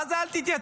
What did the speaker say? מה זה אל תתייצב?